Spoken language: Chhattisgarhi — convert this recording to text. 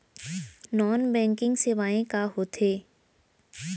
नॉन बैंकिंग सेवाएं का होथे